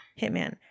Hitman